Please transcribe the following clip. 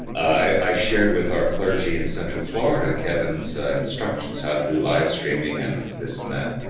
i shared with our clergy in central florida kevin's instructions, how to do live-streaming and this and that,